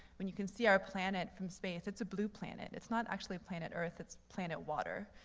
when you can see our planet from space, it's a blue planet. it's not actually planet earth, it's planet water.